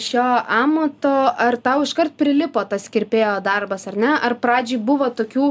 šio amato ar tau iškart prilipo tas kirpėjo darbas ar ne ar pradžioj buvo tokių